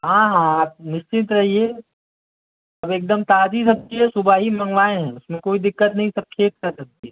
हाँ हाँ आप निश्चिन्त रहिए सब एकदम ताज़ी सब्जी हैं सुबह ही मंगवाए हैं उस में कोई दिक्कत नहीं सब ठीक है सब्जी